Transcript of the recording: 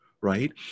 Right